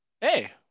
Hey